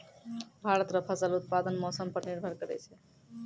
भारत रो फसल उत्पादन मौसम पर निर्भर करै छै